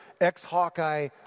ex-Hawkeye